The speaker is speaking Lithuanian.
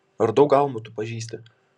ar daug almų tu pažįsti